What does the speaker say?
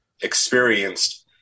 experienced